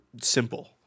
simple